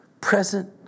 present